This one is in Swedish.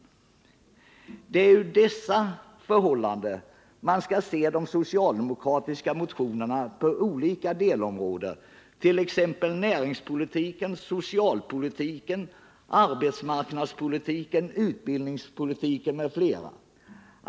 Det är mot bakgrund av dessa förhållanden man skall se de socialdemokratiska motionerna på olika delområden, t.ex. näringspolitiken, socialpolitiken, arbetsmarknadspolitiken, utbildningspolitiken m.fl. områden.